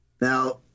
Now